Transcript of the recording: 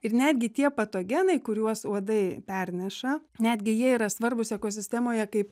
ir netgi tie patogenai kuriuos uodai perneša netgi jie yra svarbūs ekosistemoje kaip